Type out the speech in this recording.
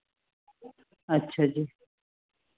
ਅੱਛਾ ਜੀ